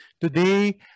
Today